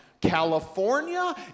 California